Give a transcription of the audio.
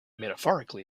metaphorically